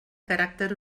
caràcter